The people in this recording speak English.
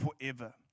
forever